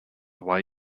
why